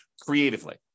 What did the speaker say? creatively